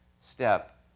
step